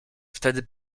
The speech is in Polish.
wtedy